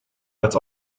als